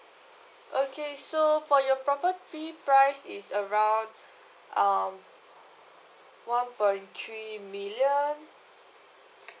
okay so for your property price is around um one point three million